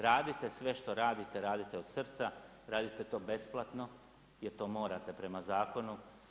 Radite sve što radite, radite od srca, radite to besplatno jer to morate prema zakonu.